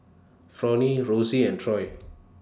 Fronnie Rosey and Troy